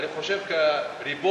אני חושב שכריבון,